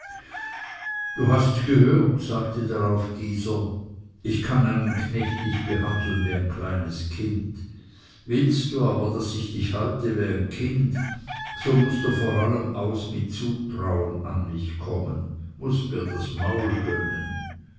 du hasts gehört sagte darauf dieser ich kann einen knecht nicht behandeln wie ein kleines kind willst du aber daß ich dich halte wie ein kind so mußt du vor allem aus mit zutrauen an mich kommen mußt mir das maul gönnen